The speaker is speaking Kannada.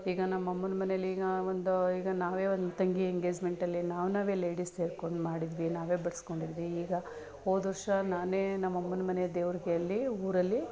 ಈಗ ನಮ್ಮಮ್ಮನ ಮನೆಯಲ್ಲೀಗ ಒಂದು ಈಗ ನಾವೇ ಒಂದು ತಂಗಿ ಎಂಗೇಜ್ಮೆಂಟಲ್ಲಿ ನಾವು ನಾವೇ ಲೇಡೀಸ್ ಸೇರ್ಕೊಂಡು ಮಾಡಿದ್ವಿ ನಾವೇ ಬಡಿಸ್ಕೊಂಡಿದ್ವಿ ಈಗ ಹೋದ ವರ್ಷ ನಾನೇ ನಮ್ಮಮ್ಮನ ಮನೆ ದೇವ್ರ್ಗೆ ಹೇಳಿ ಊರಲ್ಲಿ